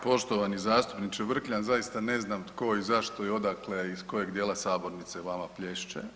Poštovani zastupniče Vrkljan, zaista ne znam tko i zašto i odakle iz kojeg dijela sabornice vama plješće.